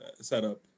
setup